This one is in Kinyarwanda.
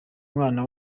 mwana